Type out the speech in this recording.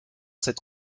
cette